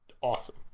awesome